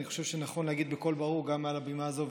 אני חושב שנכון להגיד בקול ברור גם מעל הבמה הזאת,